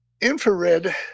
infrared